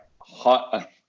hot